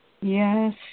Yes